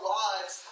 lives